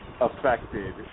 affected